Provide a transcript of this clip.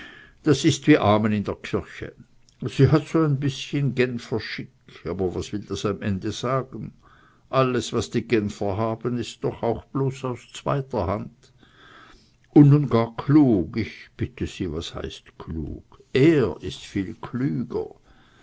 das ist wie amen in der kirche sie hat so ein bißchen genfer schick aber was will das am ende sagen alles was die genfer haben ist doch auch bloß aus zweiter hand und nun gar klug ich bitte sie was heißt klug er ist viel klüger